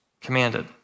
commanded